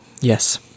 Yes